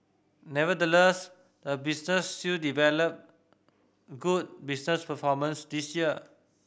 nevertheless the business still delivered good business performance this year